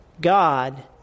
God